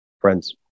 friends